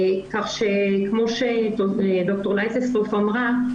כך שכמו שד"ר לייטרסדורף אמרה,